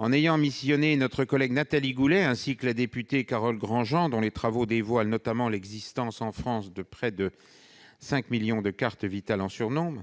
Il a ainsi confié une mission à notre collègue Nathalie Goulet et à la députée Carole Grandjean, dont les travaux soulignent notamment l'existence de près de 5 millions de cartes Vitale en surnombre,